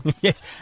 Yes